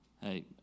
hey